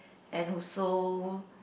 and also